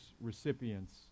recipients